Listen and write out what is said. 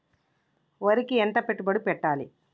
వరికి ఎంత పెట్టుబడి పెట్టాలి?